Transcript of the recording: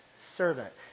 servant